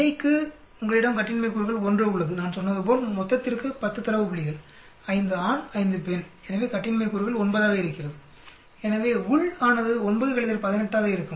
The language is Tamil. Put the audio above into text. இடைக்கு உங்களிடம் கட்டின்மை கூறுகள் 1 உள்ளது நான் சொன்னதுபோல் மொத்தத்திற்கு 10 தரவு புள்ளிகள் 5 ஆண் 5 பெண் எனவே கட்டின்மை கூறுகள் 9 ஆக இருக்கிறது எனவே உள் ஆனது 9 18 ஆக இருக்கும்